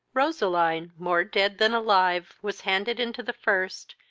roseline, more dead than alive, was handed into the first,